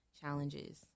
challenges